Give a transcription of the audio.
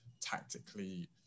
tactically